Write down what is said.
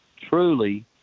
truly